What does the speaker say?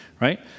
right